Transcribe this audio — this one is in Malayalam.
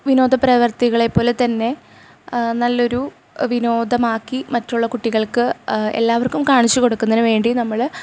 വിനോദ പ്രവൃർത്തികളെ പോലെ തന്നെ നല്ലൊരു വിനോദമാക്കി മറ്റുള്ള കുട്ടികൾക്ക് എല്ലാവർക്കും കാണിച്ചു കൊടുക്കുന്നതിനുവേണ്ടി നമ്മൾ